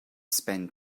spend